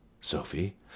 Sophie